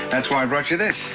that's why i brought you this.